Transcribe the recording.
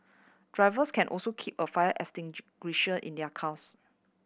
drivers can also keep a fire extinguisher in their cars